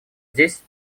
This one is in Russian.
здесь